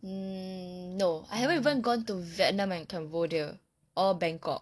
mm no I haven't even gone to vietnam and cambodia or bangkok